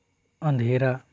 अंधेरा